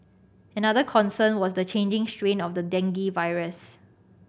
another concern was the changing strain of the dengue virus